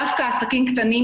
דווקא עסקים קטנים,